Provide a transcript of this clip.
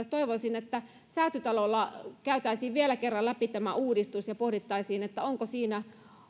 toivoisin että säätytalolla käytäisiin vielä kerran läpi tämä uudistus ja pohdittaisiin onko siinä